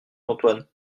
antoine